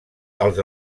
als